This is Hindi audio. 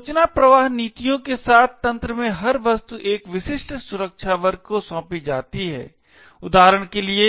सूचना प्रवाह नीतियों के साथ तंत्र में हर वस्तु एक विशिष्ट सुरक्षा वर्ग को सौंपी जाती है उदाहरण के लिए